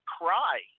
cry